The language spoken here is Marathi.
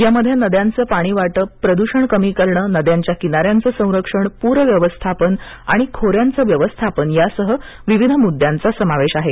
यामध्ये नद्यांचं पाणी वाटप प्रदूषण कमी करणं नद्यांच्या किनाऱ्यांचं संरक्षण पूर व्यवस्थापन आणि खोऱ्यांचं व्यवस्थापन यासह विविध मुद्यांचा समावेश आहे